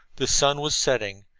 the sun was setting,